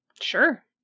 Sure